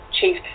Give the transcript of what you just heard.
chief